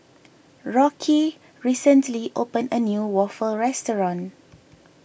Rocky recently opened a new Waffle restaurant